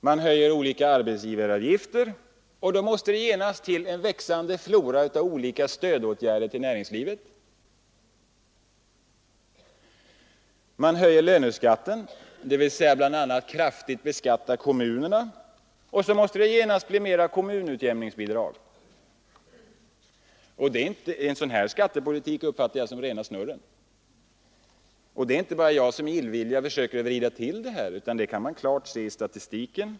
Man höjer olika arbetsgivaravgifter, och då måste det genast till en växande flora av olika stödåtgärder till näringslivet. När man höjer löneskatten innebär det att man kraftigt beskattar kommunerna, och det måste genast bli större kommunutjämningsbidrag. En sådan skattepolitik uppfattar jag som rena snurren. Det är inte bara jag som i illvilja försöker vrida till det hela, utan detta kan man klart se av statistiken.